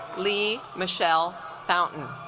lea michele fountain